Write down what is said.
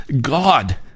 God